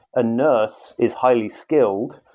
a nurse is highly skilled.